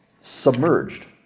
Submerged